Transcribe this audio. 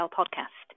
podcast